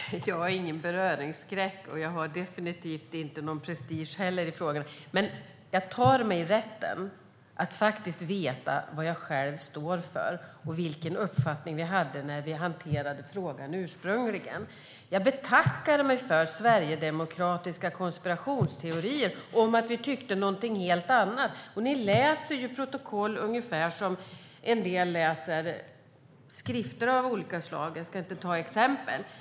Fru talman! Jag har ingen beröringsskräck, och jag har definitivt inte någon prestige i frågan. Men jag tar mig rätten att veta vad jag själv står för och vilken uppfattning vi hade när vi ursprungligen hanterade frågan. Jag betackar mig för sverigedemokratiska konspirationsteorier om att vi tyckte någonting helt annat. Ni läser ju protokoll ungefär som en del läser . skrifter av olika slag. Jag ska inte ge exempel.